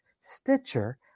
Stitcher